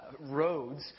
roads